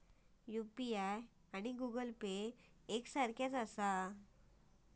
UPI आणि Google Pay एक सारख्याच आसा?